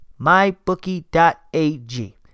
MyBookie.ag